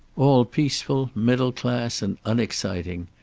all peaceful, middle class and unexciting.